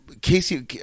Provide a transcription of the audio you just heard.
Casey